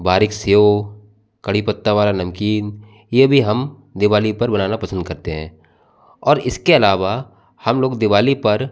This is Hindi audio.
बारीक सेव कड़ी पत्ता वाला नमकीन ये भी हम दिवाली पर बनाना पसंद करते हैं और इसके अलावा हम लोग दिवाली पर